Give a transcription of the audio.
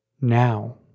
Now